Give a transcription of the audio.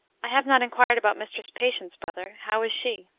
i have not inquired about mistress patience, brother how is she?